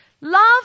Love